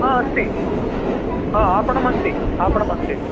आ अस्ति आ आपणमस्ति आपणमस्ति